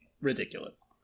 Ridiculous